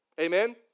Amen